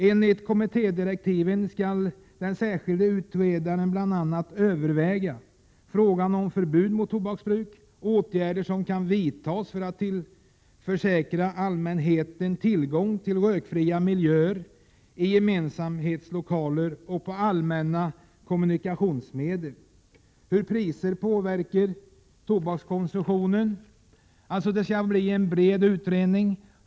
Enligt kommittédirektiven skall den särskilda utredaren bl.a. överväga frågan om förbud mot tobaksbruk, åtgärder som kan vidtas för att tillförsäkra allmänheten tillgång till rökfri miljö i gemensamhetslokaler och på allmänna kommunikationsmedel och hur priser påverkar tobakskonsumtionen. Det skall således bli en bred utredning.